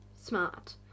smart